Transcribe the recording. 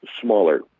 smaller